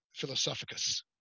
Philosophicus